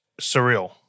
surreal